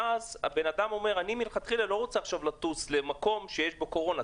ואז האדם אומר: אני מלכתחילה לא רוצה עכשיו לטוס למקום שיש בו קורונה.